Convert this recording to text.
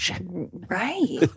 Right